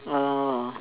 oh